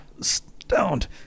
stoned